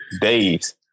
days